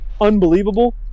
unbelievable